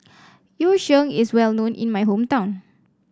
Yu Sheng is well known in my hometown